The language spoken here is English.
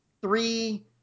three